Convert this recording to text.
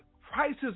prices